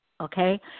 Okay